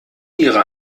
ihrer